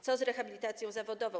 Co z rehabilitacją zawodową?